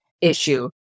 issue